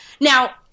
Now